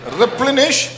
replenish